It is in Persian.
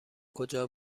کجا